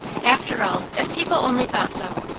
after all, if people only thought so,